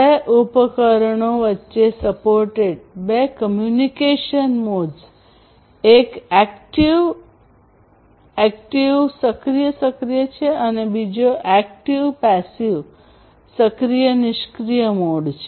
બે ઉપકરણો વચ્ચે સપોર્ટેડ બે કમ્યુનિકેશન મોડ્સ એક એક્ટિવ એક્ટિવ સક્રિય સક્રિય છે અને બીજો એ એક્ટિવ પેસીવ સક્રિય નિષ્ક્રીય મોડ છે